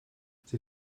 sie